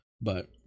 but-